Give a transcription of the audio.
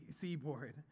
seaboard